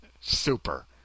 Super